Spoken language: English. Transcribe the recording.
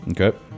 okay